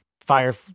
fire